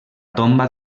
tomba